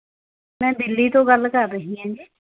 ਮੈਂ ਦਿੱਲੀ ਤੋਂ ਗੱਲ ਕਰ ਰਹੀ ਹਾਂ ਜੀ